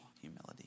humility